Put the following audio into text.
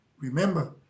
remember